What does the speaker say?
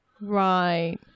Right